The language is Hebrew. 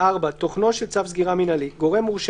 תוכנו של צו סגירה מינהלי 4. גורם מורשה